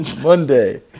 Monday